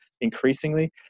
increasingly